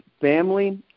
Family